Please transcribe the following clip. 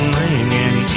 ringing